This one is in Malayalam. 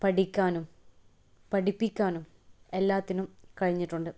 പഠിക്കാനും പഠിപ്പിക്കാനും എല്ലാത്തിനും കഴിഞ്ഞിട്ടുണ്ട്